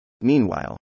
Meanwhile